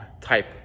type